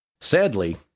Sadly